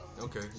okay